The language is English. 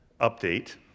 Update